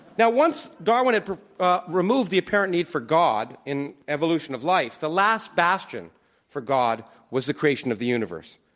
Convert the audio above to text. now, once darwin had removed the apparent need for god in evolution of life, the last bastion for god was the creation of the universe,